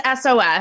SOS